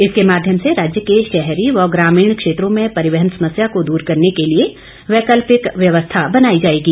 इसके माध्यम से राज्य के शहरी व ग्रामीण क्षेत्रों में परिवहन समस्या को दूर करने के लिए वैकल्पिक व्यवस्था बनाई जाएगी